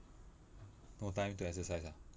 no time to exercise ah